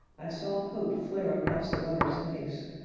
i saw hope flare across the runner's face.